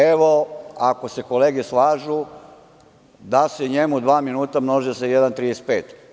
Evo, ako se kolege slažu da se njemu dva minuta množe sa 1,35.